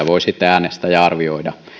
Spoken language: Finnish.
voi sitten äänestäjä arvioida